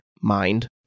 mind